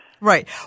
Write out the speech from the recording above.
Right